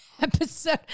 episode